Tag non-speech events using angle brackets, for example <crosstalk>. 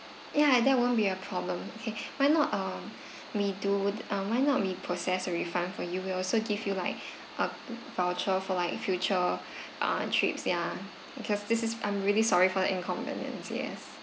ya that won't be a problem okay why not um me do um why not we process a refund for you we'll also give you like <breath> a voucher for like future <breath> ah trips ya because this is I'm really sorry for the inconvenience yes